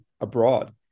abroad